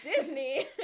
Disney